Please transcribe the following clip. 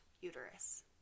uterus